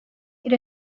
you